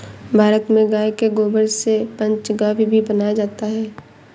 भारत में गाय के गोबर से पंचगव्य भी बनाया जाता है